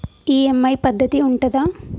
EMI పద్ధతి ఉంటదా?